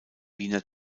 wiener